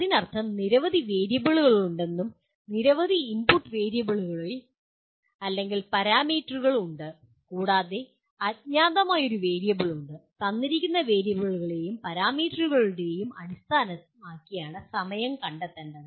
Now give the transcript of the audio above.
അതിനർത്ഥം നിരവധി വേരിയബിളുകളുണ്ടെന്നും നിരവധി ഇൻപുട്ട് വേരിയബിളുകൾ അല്ലെങ്കിൽ പാരാമീറ്ററുകൾ ഉണ്ട് കൂടാതെ അജ്ഞാതമായ ഒരു വേരിയബിൾ ഉണ്ട് തന്നിരിക്കുന്ന വേരിയബിളുകളെയും പാരാമീറ്ററുകളെയും അടിസ്ഥാനമാക്കിയാണ് സമയം കണക്കാക്കേണ്ടത്